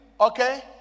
Okay